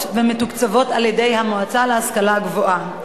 ומתוקצבות על-ידי המועצה להשכלה גבוהה,